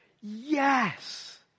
Yes